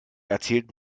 erzählt